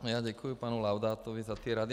Já děkuji panu Laudátovi za ty rady.